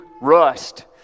rust